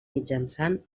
mitjançant